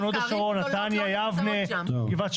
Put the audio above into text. היגיון של